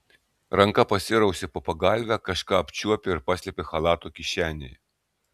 ranka pasirausė po pagalve kažką apčiuopė ir paslėpė chalato kišenėje